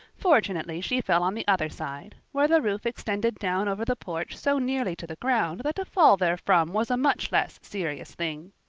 fortunately she fell on the other side, where the roof extended down over the porch so nearly to the ground that a fall therefrom was a much less serious thing.